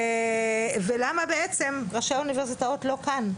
ולמה בעצם ראשי האוניברסיטאות לא כאן?